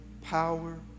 power